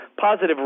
positive